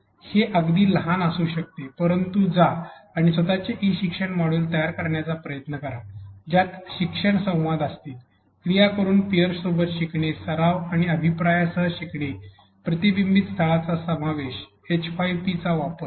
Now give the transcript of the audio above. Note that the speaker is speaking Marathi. हे अगदी लहान असू शकते परंतु जा आणि स्वतचे ई शिक्षण मॉड्यूल तयार करण्याचा प्रयत्न करा ज्यात शिक्षण संवाद असतील क्रिया करून पीअर सोबत शिकणे सराव आणि अभिप्रायासह शिकणे प्रतिबिंब स्थळांचा समावेश एच ५ पी चा वापर